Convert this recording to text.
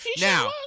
Now